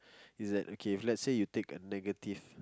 is that okay if let's say you take a negative